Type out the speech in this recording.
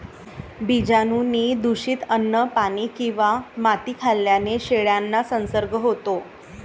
बीजाणूंनी दूषित अन्न, पाणी किंवा माती खाल्ल्याने शेळ्यांना संसर्ग होतो